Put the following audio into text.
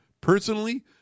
Personally